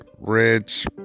rich